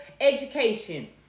education